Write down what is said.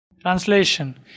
Translation